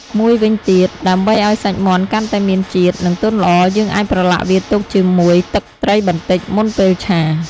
មួយវិញទៀត ដើម្បីឱ្យសាច់មាន់កាន់តែមានជាតិ និងទន់ល្អ យើងអាចប្រឡាក់វាទុកជាមួយទឹកត្រីបន្តិច មុនពេលឆា។